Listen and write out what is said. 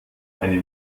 eine